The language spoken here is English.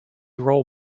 roll